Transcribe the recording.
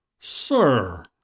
Sir